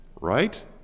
Right